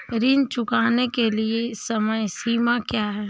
ऋण चुकाने की समय सीमा क्या है?